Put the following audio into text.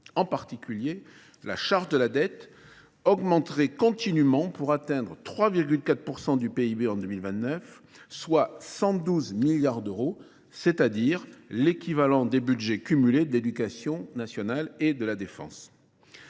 En particulier, la charge de la dette augmenterait continuement pour atteindre 3,4 % du PIB en 2029, soit 112 milliards d'euros, c'est-à-dire l'équivalent des budgets cumulés d'éducation nationale et de la défense.